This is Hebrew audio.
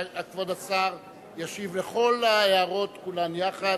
כבוד השר ישיב על כל ההערות כולן יחד.